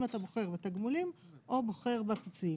אתה בוחר בתגמולים או בוחר בפיצויים.